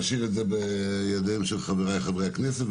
אני משאיר את זה בידיהם של חבריי חברי הכנסת,